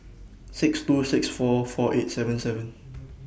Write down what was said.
six two six seven four eight seven seven